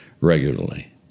regularly